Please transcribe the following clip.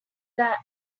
that